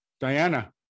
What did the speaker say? Diana